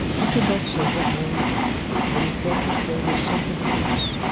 he could not say what more he wanted, but he felt that there was something amiss.